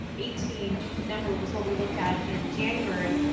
eighteen number was what we looked at in january,